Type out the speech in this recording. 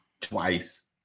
twice